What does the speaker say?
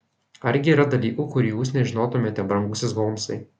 argi yra dalykų kurių jūs nežinotumėte brangusis holmsai